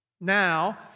Now